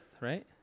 right